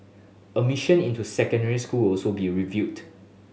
admission into secondary school also be reviewed